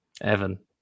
Evan